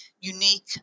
unique